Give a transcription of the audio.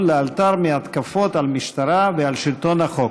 לאלתר מהתקפות על המשטרה ועל שלטון החוק.